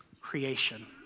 Creation